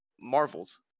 Marvel's